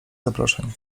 zaproszeń